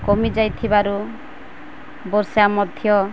କମିଯାଇଥିବାରୁ ବର୍ଷା ମଧ୍ୟ